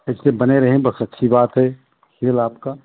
इसमें बने रहें बस अच्छी बात है खेल आपका